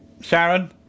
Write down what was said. Sharon